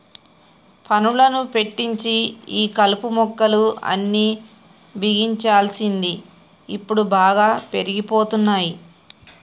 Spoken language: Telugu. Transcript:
పనులను పెట్టించి ఈ కలుపు మొక్కలు అన్ని బిగించాల్సింది ఇప్పుడు బాగా పెరిగిపోతున్నాయి